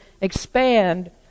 expand